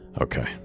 okay